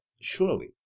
Surely